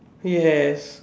yes